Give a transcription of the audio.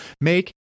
make